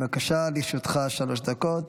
בבקשה, לרשותך שלוש דקות.